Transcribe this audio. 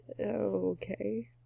Okay